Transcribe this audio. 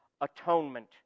atonement